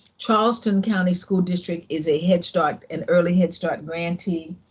charleston county school district is a head start and early head start grantee.